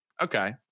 Okay